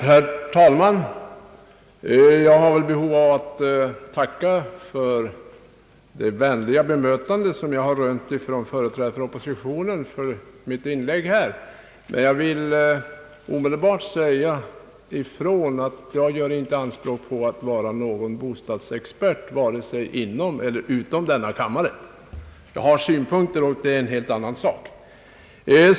Herr talman! Jag har att tacka för det vänliga bemötande som jag rönt från företrädare från oppositionen med anledning av mitt inlägg här. Jag vill emellertid omedelbart säga ifrån att jag inte gör anspråk på att vara någon bostadsexpert — vare sig inom eller utom denna kammare. Jag har synpunkter, och det är en helt annan sak.